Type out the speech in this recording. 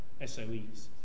SOEs